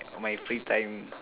my free time